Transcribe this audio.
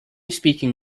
speaking